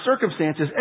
circumstances